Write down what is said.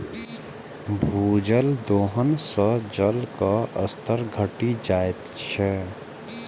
भूजल दोहन सं जलक स्तर घटि जाइत छै